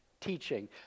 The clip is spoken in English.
teaching